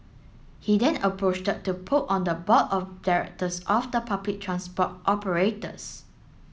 he then to poke on the board of directors of the public transport operators